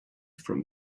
from